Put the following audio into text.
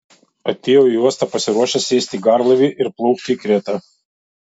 atėjau į uostą pasiruošęs sėsti į garlaivį ir plaukti į kretą